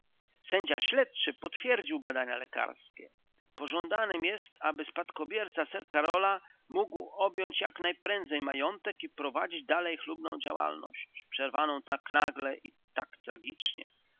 sędzia śledczy potwierdził badanie lekarskie pożądanem jest aby spadkobierca sir karola mógł objąć jaknajprędzej majątek i prowadzić dalej chlubną działalność przerwaną tak nagle i tak tragicznie